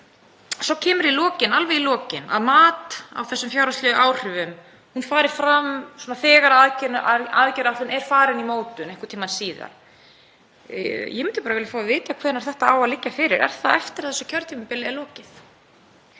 Svo segir í lokin, alveg í lokin, að mat á þessum fjárhagslegu áhrifum fari fram þegar aðgerðaáætlunin er farin í mótun, einhvern tíma síðar. Ég myndi bara vilja fá að vita hvenær þetta á að liggja fyrir. Er það eftir að þessu kjörtímabili er lokið?